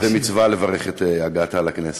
כי זו מצווה לברך את הגעתה לכנסת.